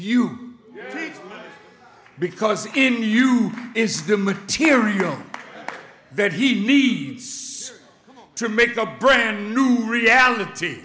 you because in you is the material that he needs to make a brand new reality